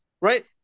right